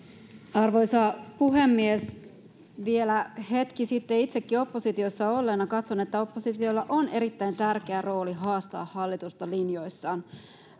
arvoisa puhemies vielä hetki sitten itsekin oppositiossa olleena katson että oppositiolla on erittäin tärkeä rooli haastaa hallitusta linjoissaan